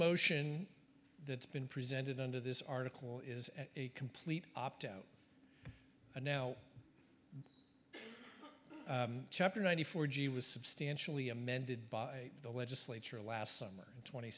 motion that's been presented under this article is a complete opt out and now chapter ninety four g was substantially amended by the legislature last summer twenty